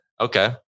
Okay